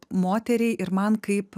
moteriai ir man kaip